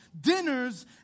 dinners